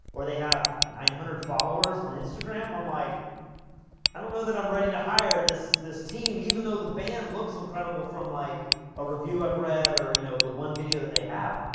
or they have nine hundred followers on instagram i'm like i don't know that i'm ready to hire this, this team, even though the band looks incredible from like a review i've read, or you know the one video that they have.